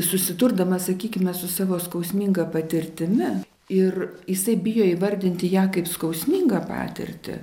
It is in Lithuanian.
susidurdamas sakykime su savo skausminga patirtimi ir jisai bijo įvardinti ją kaip skausmingą patirtį